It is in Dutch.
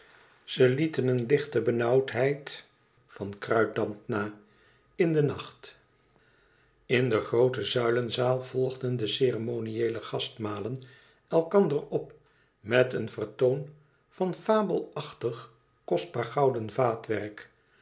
ze lieten een lichte benauwdheid van kruitdamp na in den nacht n de groote zuilenzaal volgden de ceremonieele gastmalen elkander op met een vertoon van fabelachtig kostbaar gouden vaatwerk